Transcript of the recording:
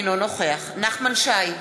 אינו נוכח נחמן שי,